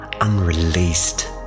unreleased